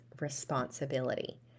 responsibility